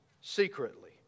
secretly